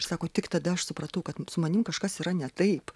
sako tik tada aš supratau kad su manimi kažkas yra ne taip